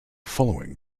following